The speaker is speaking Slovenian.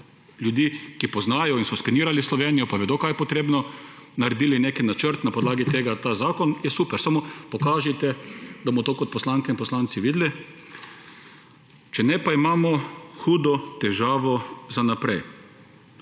ljudi, ki poznajo in so skenirali Slovenijo pa vedo, kaj je treba, naredili nek načrt in na podlagi tega ta zakon, je super. Samo pokažite, da bomo to kot poslanke in poslanci videli; če ne pa imamo hudo težavo za vnaprej.